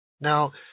Now